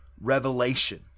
revelation